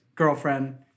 girlfriend